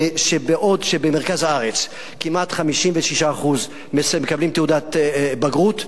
שבעוד שבמרכז הארץ כמעט 56% מקבלים תעודת בגרות,